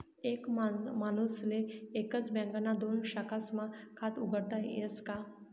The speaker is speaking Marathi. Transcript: एक माणूसले एकच बँकना दोन शाखास्मा खातं उघाडता यस का?